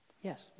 Yes